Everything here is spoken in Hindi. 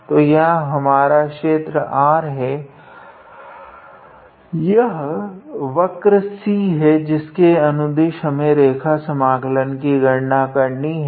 तो यह हमारा क्षेत्र R है यह वक्र C है जिसके अनुदिश हमें रेखा समाकलन की गणना करनी है